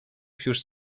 już